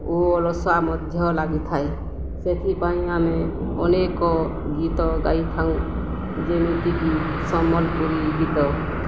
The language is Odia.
ଓ ଅଳସୁଆ ମଧ୍ୟ ଲାଗିଥାଏ ସେଥିପାଇଁ ଆମେ ଅନେକ ଗୀତ ଗାଇଥାଉଁ ଯେମିତିକି ସମ୍ବଲପୁରୀ ଗୀତ